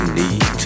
need